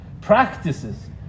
practices